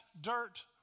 dirt